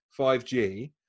5G